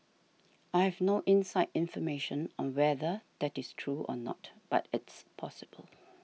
I have no inside information on whether that is true or not but it's possible